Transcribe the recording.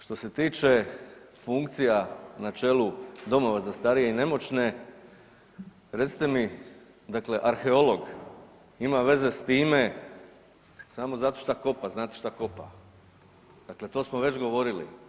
Što se tiče funkcija na čelu domova za starije i nemoćne, recite mi dakle arheolog ima veze s time samo zato šta kopa, znate šta kopa, dakle to smo već govorili.